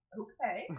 okay